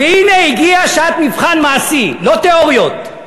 הנה הגיע שעת מבחן מעשי, לא תיאוריות,